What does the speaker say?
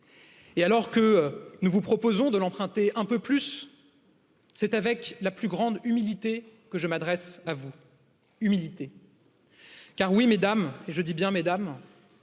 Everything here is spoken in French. alors que nous vous proposons de l'emprunter un peu plus c'est avec la plus grande humilité que je m'adresse à vous Car oui, Mᵐᵉˢ, et je dis bien,